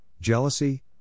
jealousy